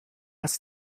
ist